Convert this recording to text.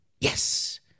Yes